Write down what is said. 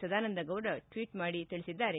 Sadananda Gowda tweet ಮಾಡಿ ತಿಳಿಸಿದ್ದಾರೆ